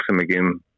again